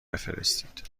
بفرستید